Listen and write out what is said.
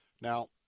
Now